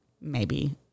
maybe-